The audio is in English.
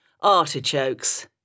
Artichokes